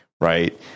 Right